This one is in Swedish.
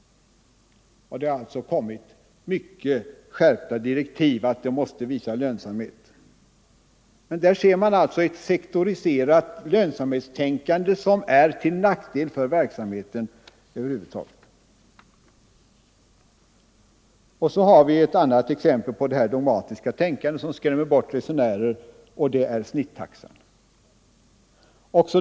Det hade kommit skärpta direktiv om att man skulle Tisdagen den visa lönsamhet. Där sitter man alltså i sektoriserat lönsamhetstänkande 26 november 1974 som är till nackdel för verksamheten över huvud taget. Srmsgjärtea Er Ett annat exempel på detta dogmatiska tänkande som kan skrämma Ang. nedläggningen bort resenärerna är snittaxan.